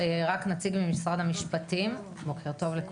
בוקר טוב.